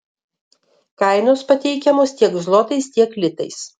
kainos pateikiamos tiek zlotais tiek litais